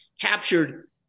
captured